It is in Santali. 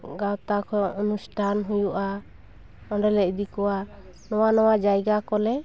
ᱜᱟᱶᱛᱟ ᱠᱷᱚᱱ ᱚᱱᱩᱥᱴᱷᱟᱱ ᱦᱩᱭᱩᱜᱼᱟ ᱚᱸᱰᱮᱞᱮ ᱤᱫᱤ ᱠᱚᱣᱟ ᱱᱚᱣᱟ ᱱᱚᱣᱟ ᱡᱟᱭᱜᱟ ᱠᱚᱞᱮ